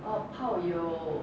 how about you